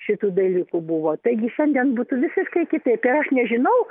šitų dalykų buvo taigi šiandien būtų visiškai kitaip ir aš nežinau